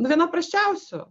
nu viena prasčiausių